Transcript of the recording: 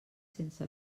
sense